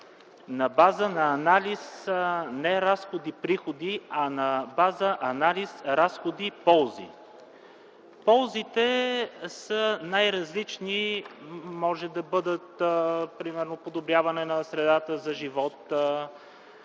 на база на анализ не разходи-приходи, а на база анализ разходи-ползи. Ползите са най-различни. Може да бъдат например подобряване страната за живот,